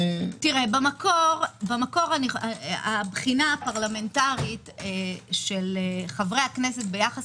במקור הבחינה הפרלמנטרית של חברי הכנסת ביחס